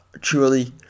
truly